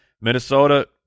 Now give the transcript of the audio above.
Minnesota